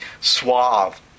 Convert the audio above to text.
suave